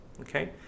okay